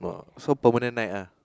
uh so permanent night ah